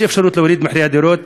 יש אפשרות להוריד את מחירי הדירות,